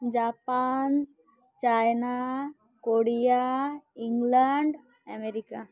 Japan China Korea England America